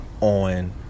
on